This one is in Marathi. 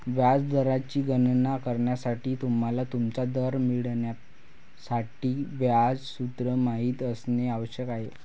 व्याज दराची गणना करण्यासाठी, तुम्हाला तुमचा दर मिळवण्यासाठी व्याज सूत्र माहित असणे आवश्यक आहे